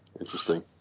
Interesting